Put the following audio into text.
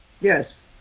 yes